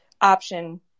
option